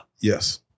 Yes